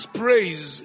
praise